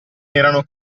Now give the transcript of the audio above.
erano